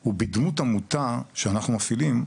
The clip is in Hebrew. הוא בדמות עמותה שאנחנו מפעילים,